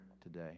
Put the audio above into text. today